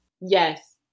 Yes